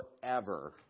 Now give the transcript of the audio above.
forever